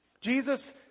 Jesus